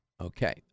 Okay